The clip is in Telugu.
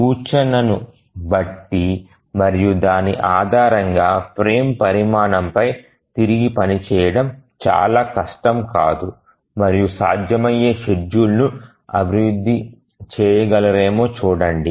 సూచనను బట్టి మరియు దాని ఆధారంగా ఫ్రేమ్ పరిమాణం పై తిరిగి పనిచేయడం చాలా కష్టం కాదు మరియు సాధ్యమయ్యే షెడ్యూల్ను అభివృద్ధి చేయగలరేమో చూడండి